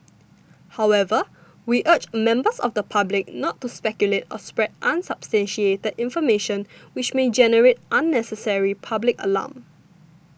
however we urge members of the public not to speculate or spread unsubstantiated that information which may generate unnecessary public alarm